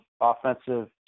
offensive